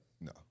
no